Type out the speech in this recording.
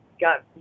got